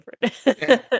different